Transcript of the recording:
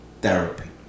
therapy